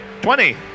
Twenty